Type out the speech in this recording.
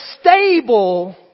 stable